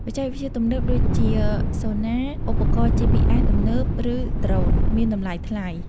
បច្ចេកវិទ្យាទំនើបដូចជា Sonar ឧបករណ៍ GPS ទំនើប ឬ Drones មានតម្លៃថ្លៃ។